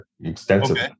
extensively